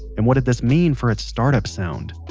and what did this mean for its start up sound?